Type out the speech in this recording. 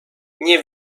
nie